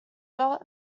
belt